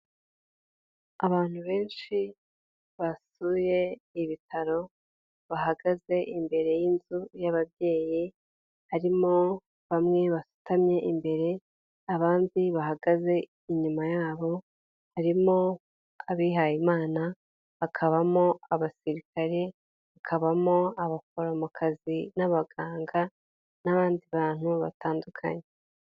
Abantu benshi basuye ibitaro, bahagaze imbere y'inzu y'ababyeyi, harimo bamwe basutamye imbere, abandi bahagaze inyuma yabo, harimo abihayimana, hakabamo abasirikare, hakabamo abaforomokazi, n'abaganga n'abandi bantu batandukanye.